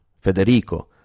Federico